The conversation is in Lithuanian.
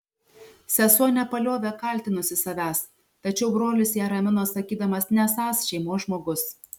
sesuo nepaliovė kaltinusi savęs tačiau brolis ją ramino sakydamas nesąs šeimos žmogus